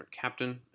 captain